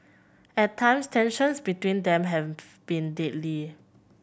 at times tensions between them have been deadly